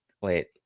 wait